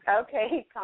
Okay